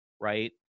right